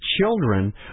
children